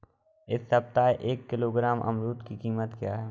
इस सप्ताह एक किलोग्राम अमरूद की कीमत क्या है?